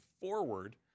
forward